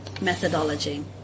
methodology